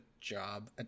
job